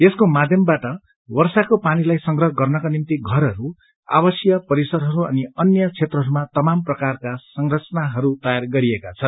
यसको माध्यमबाट वर्षाको पानीलाई संग्रह गर्नका निम्ति घरहरू आवासिय परिसरहरू अनि अन्य क्षेत्रहरूमा तमाम प्रकारका संरचनाहरू तयार गरिएका छन्